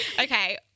Okay